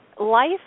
life